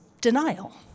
denial